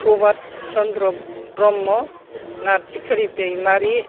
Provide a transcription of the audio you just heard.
प्रभात चन्द्र ब्रह्म नारजिखारि दैमारि